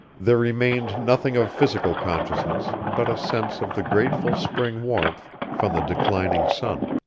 there remained nothing of physical consciousness but a sense of the grateful spring warmth from the declining sun.